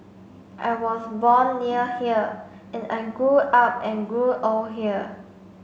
I was born near here and I grew up and grew old here